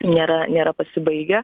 nėra nėra pasibaigę